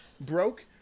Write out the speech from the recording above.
broke